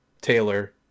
Taylor